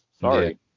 Sorry